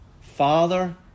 Father